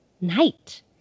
night